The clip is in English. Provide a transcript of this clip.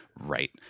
Right